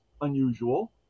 unusual